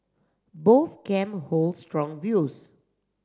both camp hold strong views